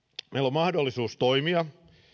mahdollisuus toimia